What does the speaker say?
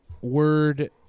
word